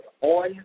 on